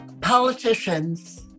Politicians